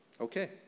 Okay